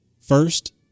first